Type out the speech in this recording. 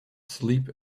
sleep